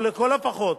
או לכל הפחות